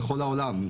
בכל העולם,